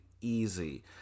easy